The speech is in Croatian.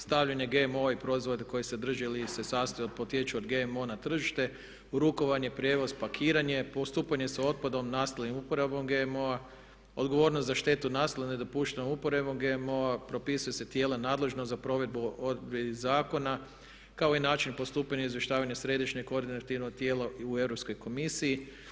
Stavljanje GMO-a i proizvoda koje sadrže ili se sastoje, potječu od GMO-a na tržište, u rukovanje, prijevoz, pakiranje, postupanje sa otpadom nastalim uporabom GMO-a, odgovornost za štetu nastalu nedopuštenom uporabom GMO-a, propisuju se tijela nadležna za provedbu zakona kao i način postupanja izvještavanja središnje koordinativno tijelo i u Europskoj komisiji.